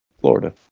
Florida